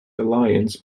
alliance